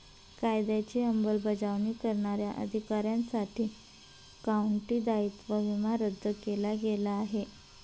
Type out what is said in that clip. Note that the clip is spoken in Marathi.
कायद्याची अंमलबजावणी करणाऱ्या अधिकाऱ्यांसाठी काउंटी दायित्व विमा रद्द केला गेला आहे